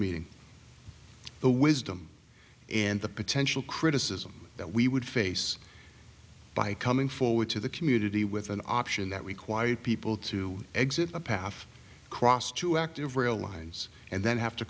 meeting the wisdom and the potential criticism that we would face by coming forward to the community with an option that we quiet people to exit a path across two active rail lines and then have to